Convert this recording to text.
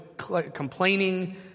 complaining